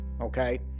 Okay